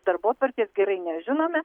darbotvarkės gerai nežinome